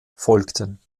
folgten